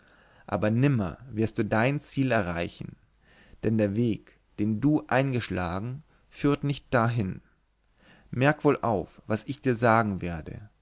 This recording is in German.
aber nimmer wirst du dein ziel erreichen denn der weg den du eingeschlagen führt nicht dahin merk wohl auf was ich dir sagen werde